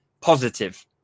positive